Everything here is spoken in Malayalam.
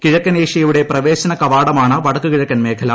കിഴക്കൻ ഏഷ്യയുടെ പ്രവേശന കവാടമാണ് വടക്കുകിഴക്കൻ മേഖല